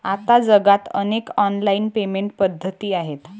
आता जगात अनेक ऑनलाइन पेमेंट पद्धती आहेत